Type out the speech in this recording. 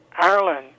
Ireland